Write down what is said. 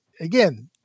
again—